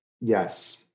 Yes